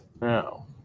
now